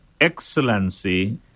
Excellency